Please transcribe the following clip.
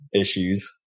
issues